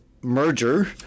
merger